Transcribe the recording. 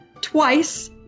twice